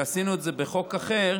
ועשינו את זה בחוק אחר,